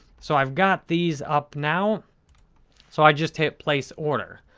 so, i've got these up now so i just hit place order.